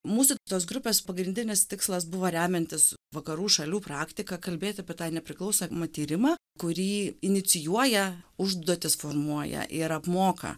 mūsų tos grupės pagrindinis tikslas buvo remiantis vakarų šalių praktika kalbėti apie tai nepriklausomą tyrimą kurį inicijuoja užduotis formuoja ir apmoka